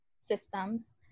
systems